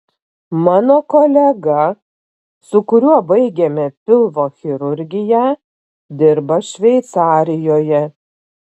mano kolega su kuriuo baigėme pilvo chirurgiją dirba šveicarijoje